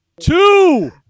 Two